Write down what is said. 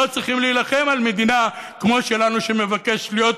לא צריכים להילחם, במדינה כמו שלנו, שמבקשת להיות